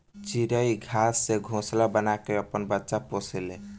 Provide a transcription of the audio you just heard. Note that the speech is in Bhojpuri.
चिरई घास से घोंसला बना के आपन बच्चा पोसे ले